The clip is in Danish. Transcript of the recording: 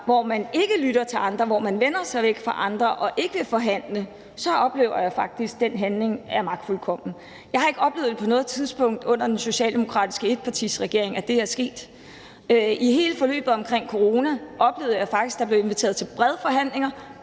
hvor man ikke lytter til andre, men hvor man vender sig væk fra andre og ikke vil forhandle, oplever jeg faktisk, at den handling er magtfuldkommen. Jeg har ikke på noget tidspunkt under den socialdemokratiske etpartiregering oplevet, at det er sket. I hele forløbet omkring corona oplevede jeg faktisk, at der blev inviteret til brede forhandlinger